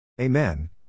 Amen